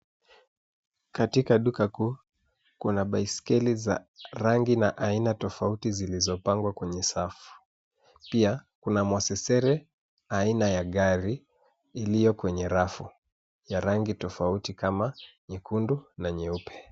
Katika duka kuu kuna baiskeli za rangi na aina tofauti zilizopangwa kwenye safu, pia kuna mwasesere aina ya gari iliyo kwenye rafu ya rangi tofauti kama nyekundu na nyeupe.